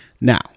now